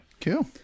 cool